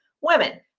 women